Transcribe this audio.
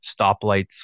stoplights